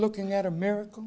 looking at america